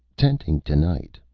ten-ting to-night,